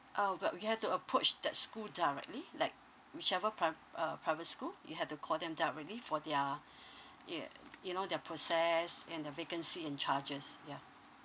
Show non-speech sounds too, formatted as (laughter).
uh well you have to approach that school directly like whichever prim~ uh private school you have to call them directly for their (noise) you know their process and the vacancy and charges yeah